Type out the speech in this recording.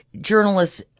journalists